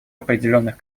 определенных